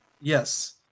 Yes